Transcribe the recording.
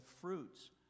fruits